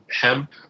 hemp